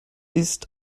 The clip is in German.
ist